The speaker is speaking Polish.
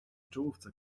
czołówce